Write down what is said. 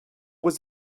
was